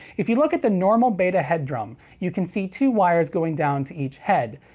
if you look at the normal beta head drum, you can see two wires going down to each head.